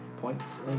points